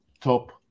top